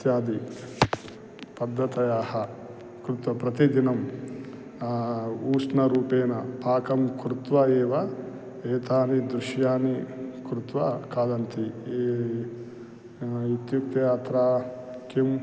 इत्यादयः पद्धतयः कृत्वा प्रतिदिनं ऊष्णरूपेण पाकं कृत्वा एव एतानि दृश्याणि कृत्वा खादन्ति ए इत्युक्ते अत्र किम्